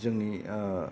जोंनि